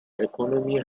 economy